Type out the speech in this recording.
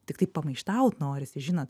tiktai pamaištaut norisi žinot